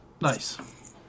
Nice